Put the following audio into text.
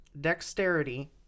dexterity